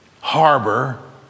harbor